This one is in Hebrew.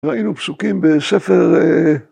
ראינו פסוקים בספר